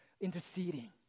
interceding